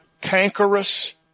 cankerous